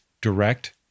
direct